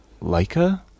Leica